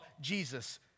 Jesus